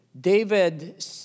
David